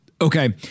Okay